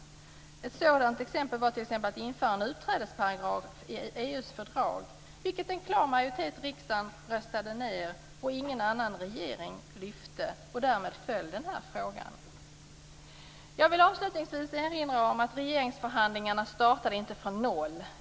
Ett sådant exempel är vårt förslag om att införa en utträdesparagraf i EU:s fördrag, vilket en klar majoritet i riksdagen röstade ned och ingen annan regering lyfte. Därmed föll denna fråga. Jag vill avslutningsvis erinra om att regeringsförhandlingarna inte startade från noll.